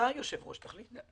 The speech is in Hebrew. אתה היושב-ראש, תחליט.